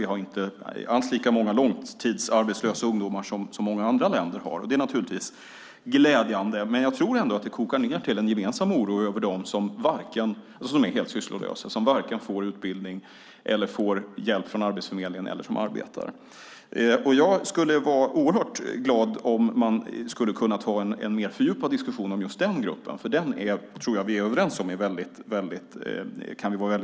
Vi har inte alls lika många långtidsarbetslösa ungdomar som i många andra länder, och det är förstås glädjande. Ändå tror jag att det kokar ned till en gemensam oro över dem som är helt sysslolösa, som varken får utbildning eller hjälp från Arbetsförmedlingen eller arbetar. Jag skulle vara oerhört glad om man kunde ta en mer fördjupad diskussion om just den gruppen, för jag tror att vi är överens om att vi är väldigt oroliga över den.